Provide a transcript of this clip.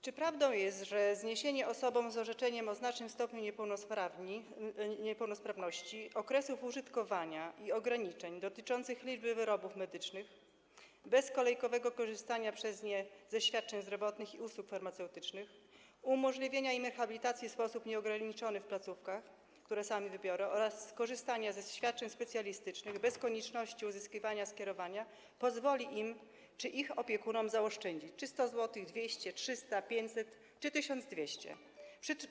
Czy prawdą jest, że zniesienie osobom z orzeczeniem o znacznym stopniu niepełnosprawności okresów użytkowania i ograniczeń dotyczących liczby wyrobów medycznych, bezkolejkowe korzystanie przez nie ze świadczeń zdrowotnych i usług farmaceutycznych, umożliwienie im rehabilitacji w sposób nieograniczony w placówkach, które same wybiorą, oraz korzystanie ze świadczeń specjalistycznych bez konieczności uzyskiwania skierowania pozwoli im czy ich opiekunom zaoszczędzić 200 zł, 300 zł, 500 zł czy 1200 zł?